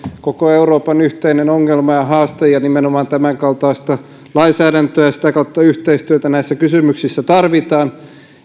koko euroopan yhteinen ongelma ja haaste ja nimenomaan tämänkaltaista lainsäädäntöä ja sitä kautta yhteistyötä näissä kysymyksissä tarvitaan